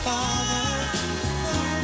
Father